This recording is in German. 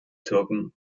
türken